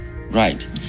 right